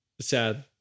Sad